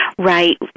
Right